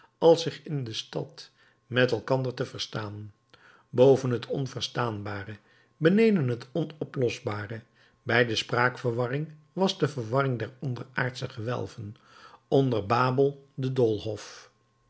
als zich in de stad met elkander te verstaan boven het onverstaanbare beneden het onoplosbare bij de spraakverwarring was de verwarring der onderaardsche gewelven onder babel de doolhof